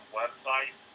website